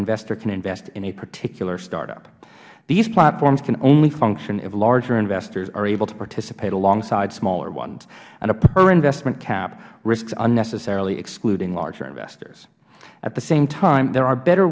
investor can invest in a particular startup these platforms can only function if larger investors are able to participate alongside smaller ones and a per investment cap risks unnecessarily excluding larger investors at the same time there are better